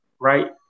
right